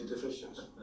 deficiencies